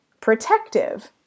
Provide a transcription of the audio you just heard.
protective